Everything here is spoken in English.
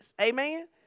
Amen